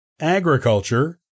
agriculture